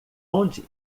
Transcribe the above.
onde